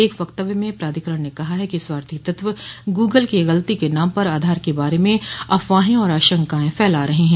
एक वक्तव्य में प्राधिकरण ने कहा है कि स्वार्थी तत्व गूगल की गलती के नाम पर आधार के बारे में अफवाहें और आशंकाएं फैला रहे हैं